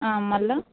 మళ్ళీ